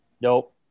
Nope